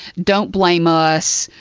don't blame us,